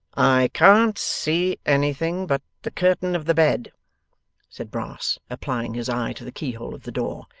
i can't see anything but the curtain of the bed said brass, applying his eye to the keyhole of the door.